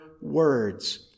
words